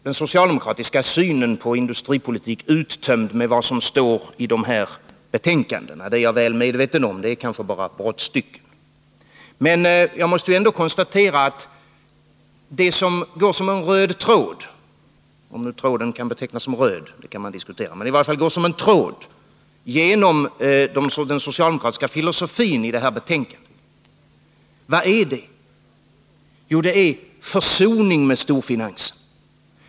Den socialdemokratiska synen på industripolitik är naturligtvis inte uttömd med vad som står i de föreliggande betänkandena. Det är jag väl medveten om. Det är kanske bara brottstycken. Man frågar sig ändå: Vad är det som går som en röd tråd — om nu tråden kan betecknas som röd, det kan man diskutera — genom den socialdemokratiska filosofin i dessa betänkanden? Jo, det är försoning med storfinansen.